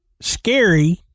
scary